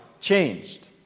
changed